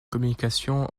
communication